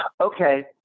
Okay